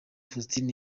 faustin